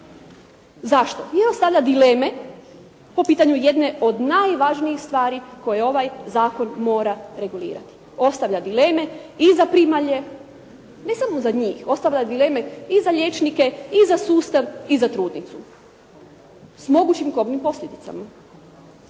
Zašto? Jer stavlja dileme po pitanju jedne od najvažnijih stvari koje ovaj zakon mora regulirati, ostavlja dileme i za primalje, ne samo za njih, ostavlja dileme i za liječnike i za sustav i za trudnicu s mogućim kobnim posljedicama.